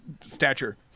stature